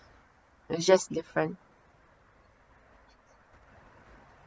it's just different